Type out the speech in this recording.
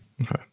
Okay